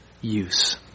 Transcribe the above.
use